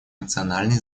национальные